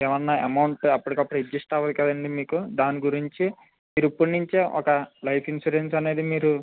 ఏమైనా అమౌంట్ అప్పటికప్పుడు అడ్జస్ట్ అవ్వదు కదండి మీకు దాని గురించి మీరు ఇప్పటి నుంచే ఒక లైఫ్ ఇన్సూరెన్స్ అనేది మీరు